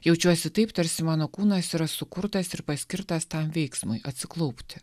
jaučiuosi taip tarsi mano kūnas yra sukurtas ir paskirtas tam veiksmui atsiklaupti